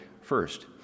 First